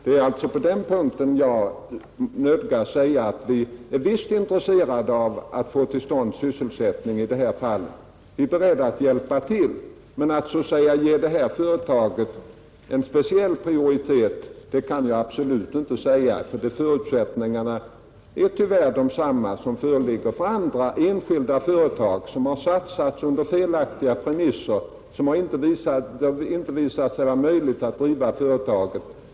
Det är alltså på den punkten jag nödgas säga att visst är vi intresserade av att få till stånd sysselsättning i det här fallet, vi är beredda att hjälpa till, men jag är absolut inte beredd att säga att det här företaget skall ges en speciell prioritet. Förutsättningarna är tyvärr desamma som föreligger för andra enskilda företag som har startats under felaktiga premisser och som det visat sig vara omöjligt att driva.